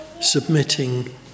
submitting